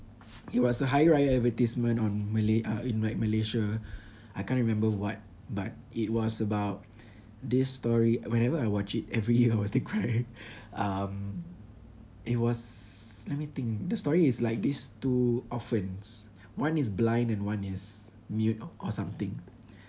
it was a hari raya advertisement on malay~ uh in like Malaysia I can't remember what but it was about this story whenever I watch it every year I will still cry um it was let me think the story is like this two orphans one is blind and one is mute or something